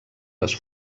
les